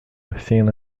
within